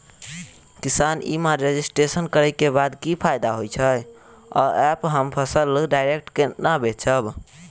किसान e mart registration करै केँ बाद की फायदा होइ छै आ ऐप हम फसल डायरेक्ट केना बेचब?